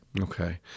Okay